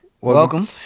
Welcome